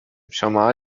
شماها